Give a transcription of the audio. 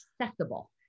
accessible